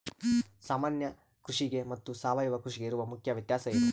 ಸಾಮಾನ್ಯ ಕೃಷಿಗೆ ಮತ್ತೆ ಸಾವಯವ ಕೃಷಿಗೆ ಇರುವ ಮುಖ್ಯ ವ್ಯತ್ಯಾಸ ಏನು?